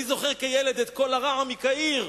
אני זוכר כילד את "קול הרעם" מקהיר,